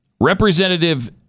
Representative